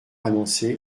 annoncé